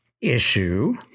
issue